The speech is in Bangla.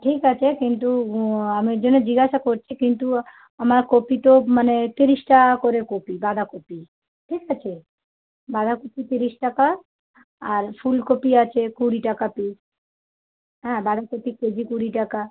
ঠিক আছে কিন্তু আমি ওর জন্যে জিজ্ঞাসা করছি কিন্তু আমার কপি তো মানে ত্রিশ টাকা করে কপি বাঁধাকপি ঠিক আছে বাঁধাকপি ত্রিশ টাকা আর ফুলকপি আছে কুড়ি টাকা পিস হ্যাঁ বাঁধাকপি কেজি কুড়ি টাকা